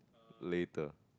later